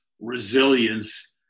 resilience